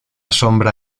sombra